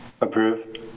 Approved